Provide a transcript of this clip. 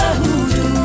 hoodoo